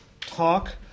talk